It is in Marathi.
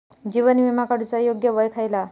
जीवन विमा काडूचा योग्य वय खयला?